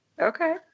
Okay